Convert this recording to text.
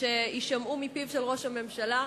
שיישמעו מפיו של ראש הממשלה,